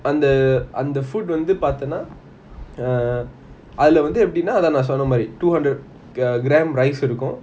அந்த அந்த:antha antha food வந்து பாத்தா:vanthu paathana err அதுல வந்து எப்பிடின்னா:athula vanthu epidina two hundred um gram rice இருக்கும்:irukum